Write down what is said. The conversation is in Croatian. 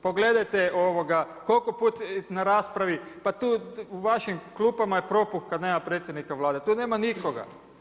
Pogledajte koliko put na raspravi, pa tu u vašim klupama je propuh kad nema predsjednika Vlade, tu nema nikoga.